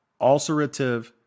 ulcerative